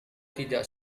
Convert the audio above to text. tidak